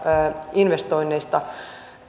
investoinneista niin